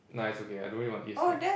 nah it's okay I don't really want eat snacks